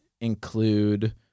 include